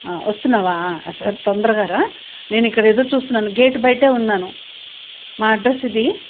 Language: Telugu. వస్తున్నావా సరే తొందరగా రా నేను ఇక్కడ ఎదురు చూస్తున్నాను గేట్ బయట ఉన్నాను మా అడ్రస్ ఇది